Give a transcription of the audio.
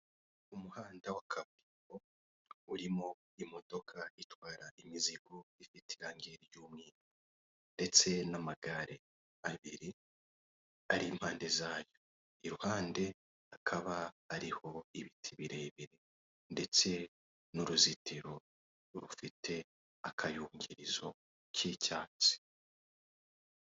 Umuhanda wa kaburimbo urimo imodoka itwara imizigo ifite irangi ry'umweru ndetse n'amagare abiri ari impande zayo, iruhande akaba ari ho ibiti birebire ndetse n'uruzitiro rufite akayugirizo k'icyatsi.